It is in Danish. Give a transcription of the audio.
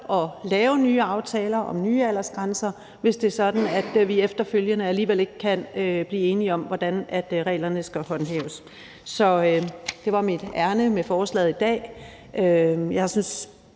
at lave nye aftaler om nye aldersgrænser, hvis det er sådan, at vi efterfølgende alligevel ikke kan blive enige om, hvordan reglerne skal håndhæves. Så det var mit ærinde med forslaget i dag. Jeg synes